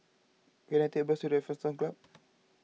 can I take a bus to Raffles Town Club